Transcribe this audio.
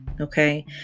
Okay